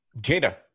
Jada